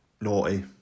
naughty